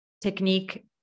technique